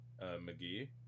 McGee